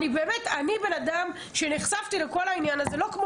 אני אדם שנחשף לכל העניין הזה לא כמו